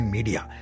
Media